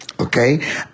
Okay